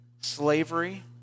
slavery